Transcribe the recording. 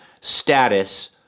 status